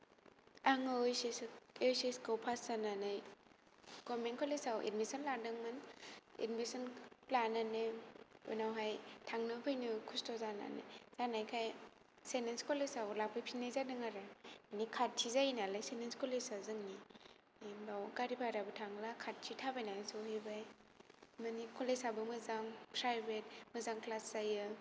आङो ओइस एस खौ पास जानानै गभमेन्त कलेजाव एदमिसन लादोंमोन एदमिसन लानानै उनावहाय थांनो फैनो खस्त' जानानै जानायखाय सैन्त एन्स कलेजाव लाफैफिननाय जादों आरो जोंनि खाथि जायो नालाय सैन्त एन्स कलेजा जोंनि बाव गारि भाराबो थांला खाथि थाबायनानै सहैबाय माने कलेजाबो मोजां प्रायभेत मोजां क्लास जायो